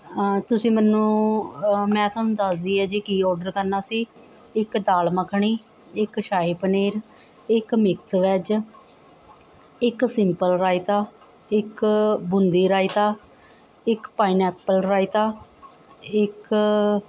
ਤੁਸੀਂ ਮੈਨੂੰ ਮੈਂ ਤੁਹਾਨੂੰ ਦੱਸਦੀ ਹਾਂ ਜੀ ਕੀ ਔਡਰ ਕਰਨਾ ਸੀ ਇੱਕ ਦਾਲ ਮੱਖਣੀ ਇਕ ਸ਼ਾਹੀ ਪਨੀਰ ਇੱਕ ਮਿਕਸ ਵੈੱਜ ਇੱਕ ਸਿੰਪਲ ਰਾਈਤਾ ਇੱਕ ਬੂੰਦੀ ਰਾਈਤਾ ਇੱਕ ਪਾਈਨਐਪਲ ਰਾਈਤਾ ਇੱਕ